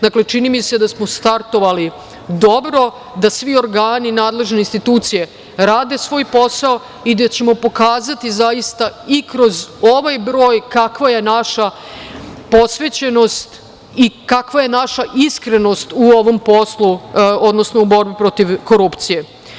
Dakle, čini mi se da smo startovali dobro, da svi organi, nadležne institucije rade svoj posao i da ćemo pokazati zaista i kroz ovaj broj kakva je naša posvećenost i kakva je naša iskrenost u ovom poslu, odnosno u borbi protiv korupcije.